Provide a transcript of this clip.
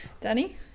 Danny